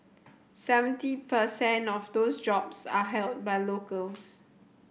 seventy per cent of those jobs are held by locals